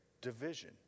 division